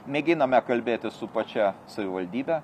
mėginame kalbėtis su pačia savivaldybe